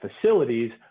facilities